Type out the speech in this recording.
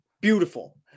beautiful